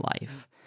life